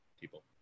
people